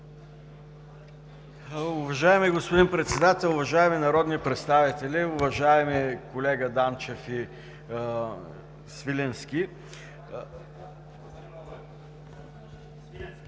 Уважаеми господин председател, уважаеми народни представители! Уважаеми колега Данчев и Свиленски